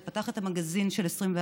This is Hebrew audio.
זה פתח את המגזין של 24,